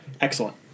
excellent